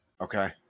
okay